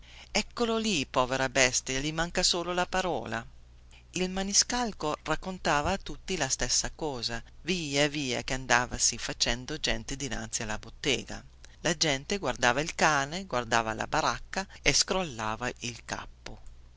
eccolo lì povera bestia gli manca solo la parola il maniscalco raccontava a tutti la stessa cosa via via che andavasi facendo gente dinanzi alla bottega la gente guardava il cane guardava la baracca e scrollava il capo